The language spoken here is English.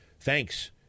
thanks